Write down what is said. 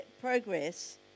progress